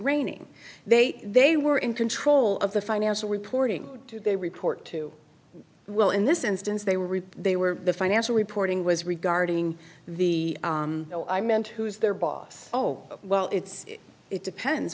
raining they they were in control of the financial reporting they report to well in this instance they were they were the financial reporting was regarding the i meant who is their boss oh well it's it depends